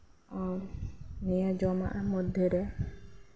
ᱟᱨ ᱱᱤᱭᱟᱹ ᱡᱚᱢᱟᱜ ᱢᱚᱫᱽᱫᱷᱮ ᱨᱮ